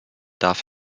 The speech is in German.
darf